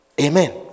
Amen